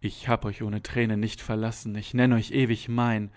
ich hab euch ohne thränen nicht verlassen ich nenn euch ewig mein